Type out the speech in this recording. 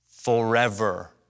Forever